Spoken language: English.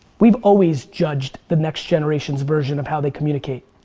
we've always judged the next generation's version of how they communicate.